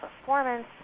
performance